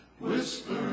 whisper